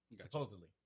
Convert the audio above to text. Supposedly